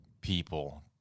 people